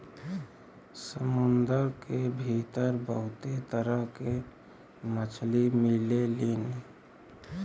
समुंदर के भीतर बहुते तरह के मछली मिलेलीन